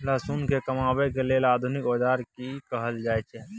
लहसुन के कमाबै के लेल आधुनिक औजार के कि कहल जाय छै?